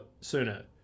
sooner